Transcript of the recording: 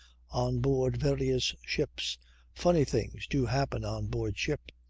on board various ships funny things do happen on board ship.